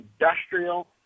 industrial